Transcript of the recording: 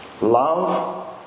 love